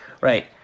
Right